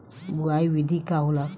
बुआई विधि का होला?